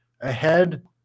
ahead